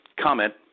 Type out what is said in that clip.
comment